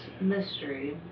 mystery